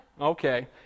Okay